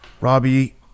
Robbie